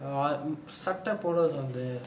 சட்ட போடுறது வந்து:satta podurathu vanthu